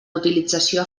utilització